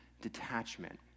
detachment